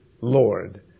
Lord